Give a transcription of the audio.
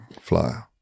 flyer